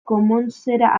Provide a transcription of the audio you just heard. commonsera